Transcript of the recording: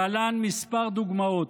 להלן כמה דוגמאות: